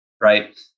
right